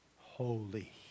holy